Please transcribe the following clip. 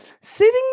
Sitting